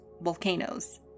volcanoes